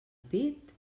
pit